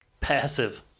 Passive